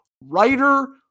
writer